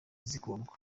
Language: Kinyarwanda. zikundwa